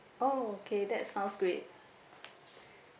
oh okay that sounds great